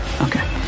okay